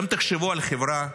תחשבו על חברה,